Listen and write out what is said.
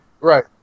Right